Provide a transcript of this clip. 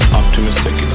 optimistic